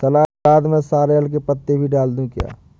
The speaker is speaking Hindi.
सलाद में सॉरेल के पत्ते भी डाल दूं क्या?